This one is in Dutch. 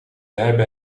hebben